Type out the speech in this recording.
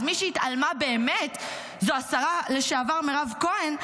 אז מי שהתעלמה באמת זאת השרה לשעבר מירב כהן,